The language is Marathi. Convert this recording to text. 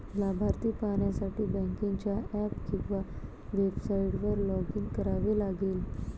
लाभार्थी पाहण्यासाठी बँकेच्या ऍप किंवा वेबसाइटवर लॉग इन करावे लागेल